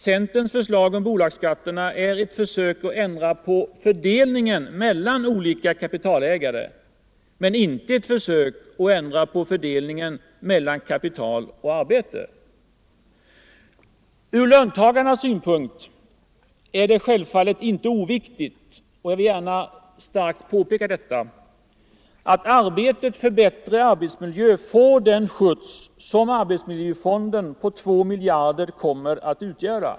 Centerns tal om bolagsskatterna är ett försök att ändra fördelningen mellan olika kapitalägare, men inte ett försök att ändra på fördelningen mellan kapital och arbete. Ur löntagarnas synpunkt är det självfallet inte oviktigt — och jag vill gärna starkt understryka detta — att arbetet för bättre arbetsmiljö får den skjuts som arbetsmiljöfonden på två miljarder kommer att utgöra.